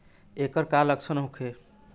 ऐकर का लक्षण होखे?